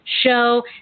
show